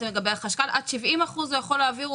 לגבי החשכ"ל עד 70% הוא יכול להעביר.